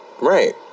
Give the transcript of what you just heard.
right